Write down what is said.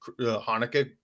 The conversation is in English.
Hanukkah